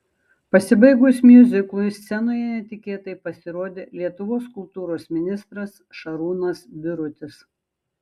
pasibaigus miuziklui scenoje netikėtai pasirodė lietuvos kultūros ministras šarūnas birutis